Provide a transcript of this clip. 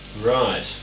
Right